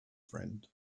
friend